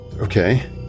Okay